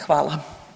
Hvala.